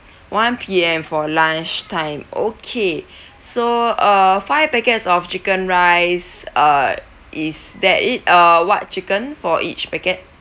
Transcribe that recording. one P_M for lunch time okay so uh five packets of chicken rice uh is that it uh what chicken for each packet